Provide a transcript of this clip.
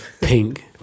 pink